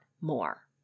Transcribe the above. more